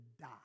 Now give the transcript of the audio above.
die